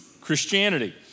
Christianity